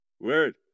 Word